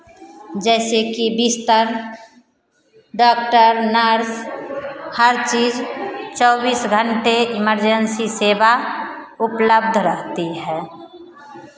जैसे कि बिस्तर डॉक्टर नर्स हर चीज़ चौबीस घंटे इमरजेन्सी सेवा उपलब्ध रहती है